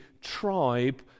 tribe